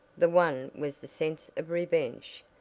the one was the sense of revenge,